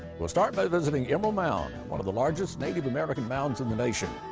we'll start by visiting emerald mound, one of the largest native american mounds in the nation,